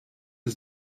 aux